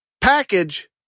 package